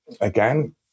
again